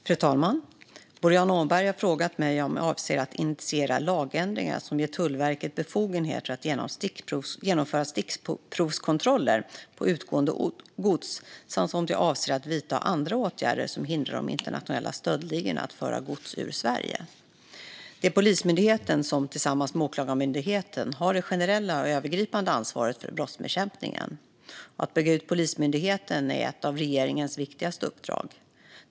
Fru talman! Boriana Åberg har frågat mig om jag avser att initiera lagändringar som ger Tullverket befogenheter att genomföra stickprovskontroller på utgående gods samt om jag avser att vidta andra åtgärder som hindrar de internationella stöldligorna att föra gods ur Sverige. Det är Polismyndigheten som, tillsammans med Åklagarmyndigheten, har det generella och övergripande ansvaret för brottsbekämpningen. Att bygga ut Polismyndigheten är ett av regeringens viktigaste uppdrag.